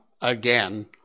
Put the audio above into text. again